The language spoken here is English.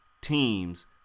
teams